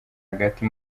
hagati